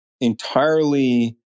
entirely